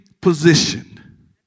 positioned